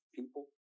people